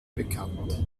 bekannt